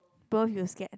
both you scared